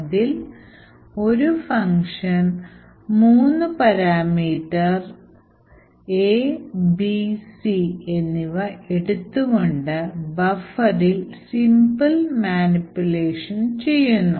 അതിൽ ഒരു ഫംഗ്ഷൻ മൂന്ന് പരാമീറ്റർ abc എടുത്ത് കൊണ്ട് buffer ഇൽ സിമ്പിൾ മാനിപുലേഷൻ ചെയ്യുന്നു